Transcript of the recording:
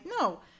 no